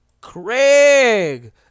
Craig